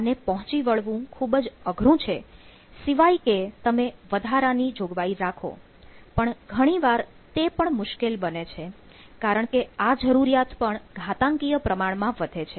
આને પહોંચી વળવું ખૂબ જ અઘરું છે સિવાય કે તમે વધારાની જોગવાઇ રાખો પણ ઘણીવાર તે પણ મુશ્કેલ બને છે કારણકે આ જરૂરિયાત પણ ઘાતાંકીય પ્રમાણમાં વધે છે